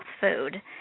food